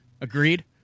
Agreed